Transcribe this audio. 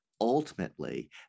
Ultimately